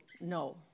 no